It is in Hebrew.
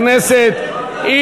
לא.